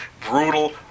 brutal